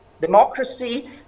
democracy